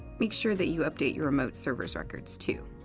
make sure that you update your remote server's records, too.